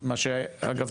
מה שאגב,